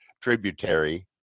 tributary